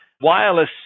wireless